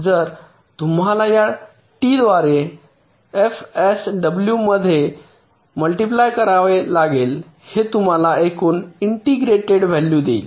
तर तुम्हाला या टीद्वारे एफएसडब्ल्यूमध्ये मल्टिप्लाय करावे लागेल हे तुम्हाला एकूण इंटिग्रेट व्हॅल्यू देईल